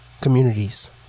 communities